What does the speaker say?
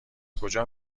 کجا